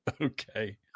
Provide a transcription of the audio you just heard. Okay